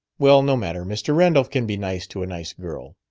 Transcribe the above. well, no matter. mr. randolph can be nice to a nice girl.